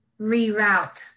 reroute